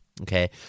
okay